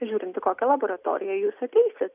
žiūrint į kokią laboratoriją jūs ateisit